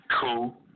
Cool